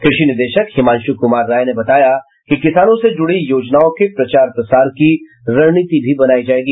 कृषि निदेशक हिमांशु कुमार राय ने बताया कि किसानों से जुड़ी योजनाओं के प्रचार प्रसार की रणनीति भी बनायी जायेगी